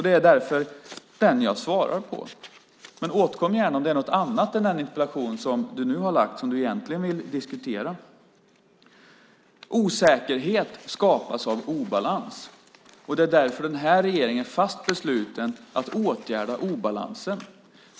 Det är därför dem jag svarar på. Men återkom gärna om det är något annat än dagens interpellation som du egentligen vill diskutera. Osäkerhet skapas av obalans. Därför är regeringen fast besluten att åtgärda obalansen.